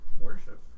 worship